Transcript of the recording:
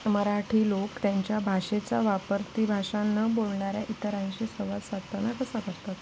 मराठी लोक त्यांच्या भाषेचा वापर ती भाषा न बोलणाऱ्या इतरांशी संवाद साधताना कसा करतात